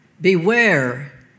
beware